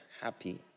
happy